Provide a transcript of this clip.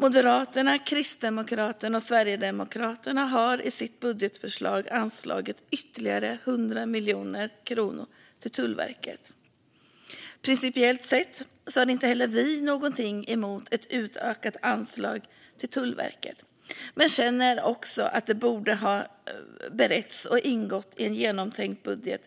Moderaterna, Kristdemokraterna och Sverigedemokraterna har i sitt budgetförslag anslagit ytterligare 100 miljoner kronor till Tullverket. Principiellt sett har vi inte något emot ett utökat anslag till Tullverket, men vi känner att det borde ha beretts och ingått i en genomtänkt budget